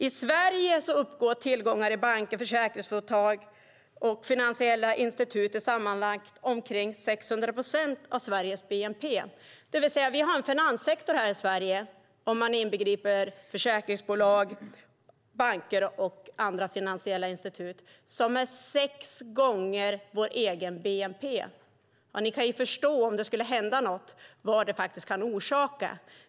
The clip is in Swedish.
I Sverige uppgår tillgångarna i banker, försäkringsbolag och finansiella institut till sammanlagt omkring 600 procent av Sveriges bnp, det vill säga att vi har en finanssektor här i Sverige, om man inbegriper försäkringsbolag, banker och andra finansiella institut, som är sex gånger vår egen bnp. Ja, ni kan ju förstå vad det skulle orsaka om det skulle hända något!